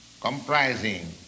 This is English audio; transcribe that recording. comprising